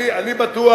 אני בטוח,